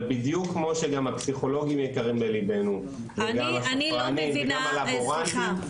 אבל בדיוק כמו שגם הפסיכולוגים יקרים לליבנו וגם הספרנים וגם הלבורנטים,